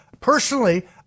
Personally